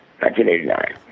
1989